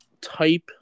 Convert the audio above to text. type